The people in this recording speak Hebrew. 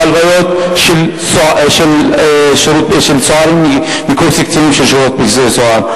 בהלוויות של צוערים מקורס הקצינים של שירות בתי-הסוהר.